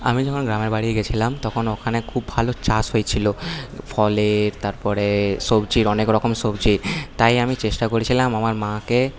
আমি যখন গ্রামের বাড়ি গেছিলাম তখন ওখানে খুব ভালো চাষ হয়েছিলো ফলের তারপরে সবজির অনেকরকম সবজির তাই আমি চেষ্টা করেছিলাম আমার মাকে